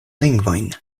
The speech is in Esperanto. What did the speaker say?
lingvojn